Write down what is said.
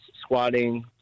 squatting